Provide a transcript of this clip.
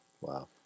Wow